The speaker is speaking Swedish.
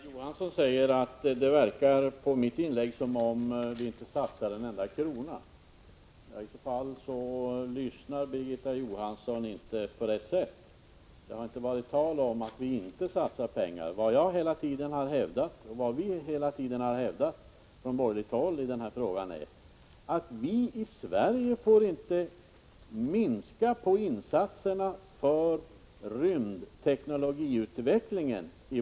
Herr talman! Birgitta Johansson säger att det på mitt inlägg verkar som om regeringen inte satsade en enda krona. I så fall lyssnar Birgitta Johansson inte på rätt sätt. Det har inte varit tal om att den inte satsar pengar. Vad vi från borgerligt håll hela tiden har hävdat är att man i Sverige inte får minska insatserna för den inhemska rymdteknologiutvecklingen.